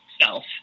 self